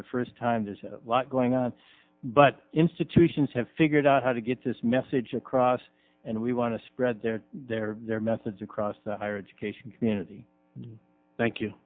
the first time there's a lot going on but institutions have figured out how to get this message across and we want to spread their their their methods across the higher education community thank you